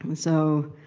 um so.